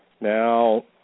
Now